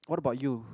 what about you